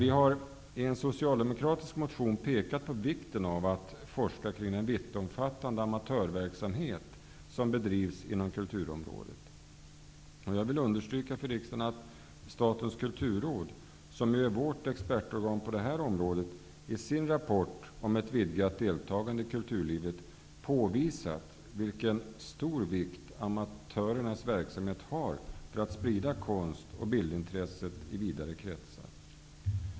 I en socialdemokratisk motion har vi pekat på vikten av att man forskar kring den vittomfattande amatörverksamhet som bedrivs inom kulturområdet. Jag vill understryka för riksdagen att Statens kulturråd, som är vårt expertorgan på det här området, i sin rapport om ett vidgat deltagande i kulturlivet har påvisat vilken stor vikt amatörernas verksamhet har för att sprida konst och bildintresset i vidare kretsar.